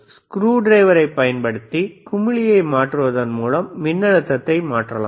ஸ்க்ரூடிரைவரைப் பயன்படுத்தி குமிழியை மாற்றுவதன் மூலம் மின்னழுத்தத்தை மாற்றலாம்